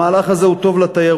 המהלך הזה הוא טוב לתיירות,